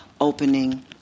opening